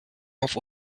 auf